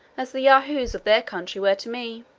as the yahoos of their country were to me